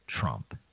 Trump